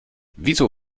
wieso